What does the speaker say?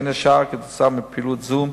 בין השאר, כתוצאה מפעילות זו,